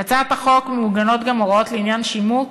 בהצעת החוק מעוגנות גם הוראות לעניין שימור,